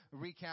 recap